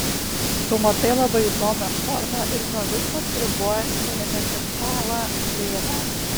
pamatai labai įdomią formą ir nuo visko atsiribojęs paimi tik balą plėvę